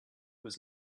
was